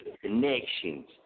connections